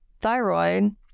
thyroid